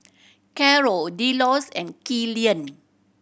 Caro Delos and Killian